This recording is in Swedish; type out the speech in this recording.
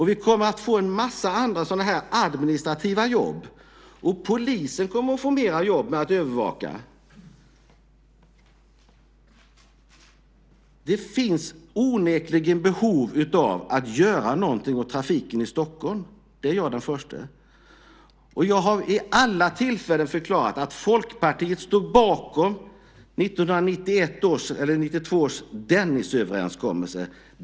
Vi kommer att få en massa andra sådana här administrativa jobb också, och polisen kommer att få mera jobb med att övervaka. Det finns onekligen behov av att göra någonting åt trafiken i Stockholm - det är jag den förste att hålla med om. Jag har vid alla tillfällen förklarat att Folkpartiet står bakom 1992 års Dennisöverenskommelse.